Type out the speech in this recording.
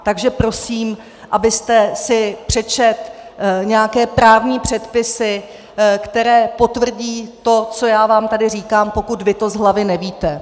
Takže prosím, abyste si přečetl nějaké právní předpisy, které potvrdí to, co já vám tady říkám, pokud vy to z hlavy nevíte.